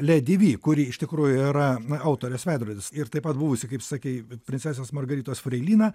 ledi vy kuri iš tikrųjų yra autorės veidrodis ir taip pat buvusi kaip sakei princesės margaritos freilina